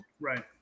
Right